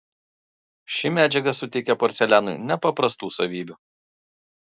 ši medžiaga suteikia porcelianui nepaprastų savybių